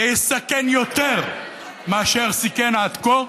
זה יסכן יותר מאשר סיכן עד כה,